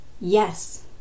Yes